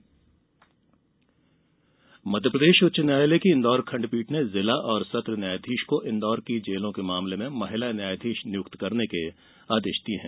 महिला जज मध्यप्रदेश उच्च न्यायालय की इंदौर खंडपीठ ने जिला और सत्र न्यायाधीश को इंदौर की जेलों के मामले में महिला न्यायाधीश नियुक्त करने के आदेश दिए हैं